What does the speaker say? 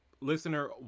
Listener